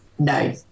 no